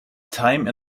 time